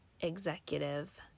executive